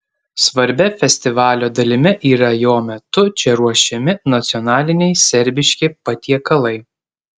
svarbia festivalio dalimi yra jo metu čia ruošiami nacionaliniai serbiški patiekalai